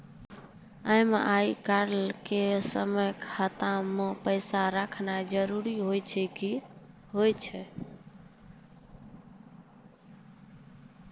EMI कटै के समय खाता मे पैसा रहना जरुरी होय छै